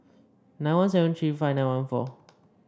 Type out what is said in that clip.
nine one seven three five nine one four